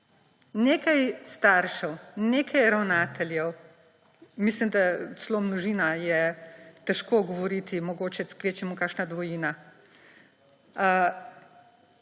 Nekaj staršev, nekaj ravnateljev – mislim, da je celo o množini težko govoriti, mogoče kvečjemu o kakšni dvojini